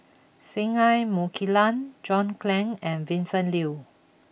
Singai Mukilan John Clang and Vincent Leow